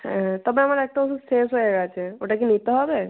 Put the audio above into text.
হ্যাঁ তবে আমার একটা ওষুধ শেষ হয়ে গেছে ওটা কি নিতে হবে